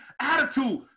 attitude